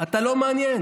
אתה לא מעניין,